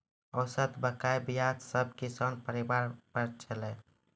औसत बकाया ब्याज सब किसान परिवार पर छलै